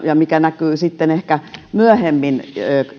ja se näkyy sitten ehkä myöhemmin